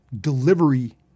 delivery